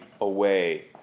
away